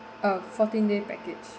oh fourteen day package